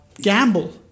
gamble